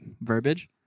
verbiage